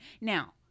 Now